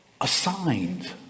assigned